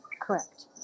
Correct